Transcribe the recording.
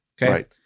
right